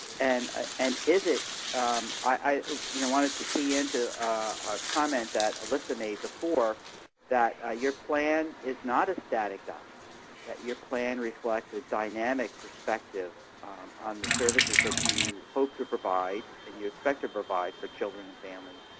and ah and is it i wanted to key into a comment that alyssa made before that ah your plan is not a static document that your plan reflects a dynamic perspective on the services that you hope to provide and you expect to provide for children and families.